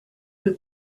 who